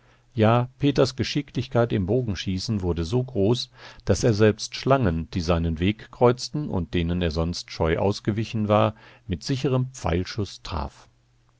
ja peters geschicklichkeit im bogenschießen wurde so groß daß er selbst schlangen die seinen weg kreuzten und denen er sonst scheu ausgewichen war mit sicherem pfeilschuß traf